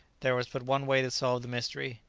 there was but one way to solve the mystery.